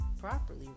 properly